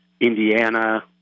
Indiana